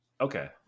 Okay